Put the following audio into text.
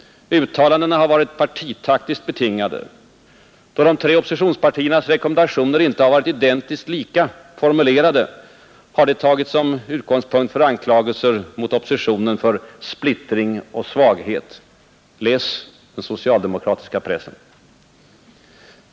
Uttalandena har varit partitaktiskt betingade. Då de tre oppositionspartiernas rekommendationer inte har varit identiskt lika formulerade, har det tagits som utgångspunkt för anklagelser mot oppositionen för ”splittring och svaghet”. Läs den socialdemokratiska pressen!